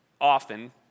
often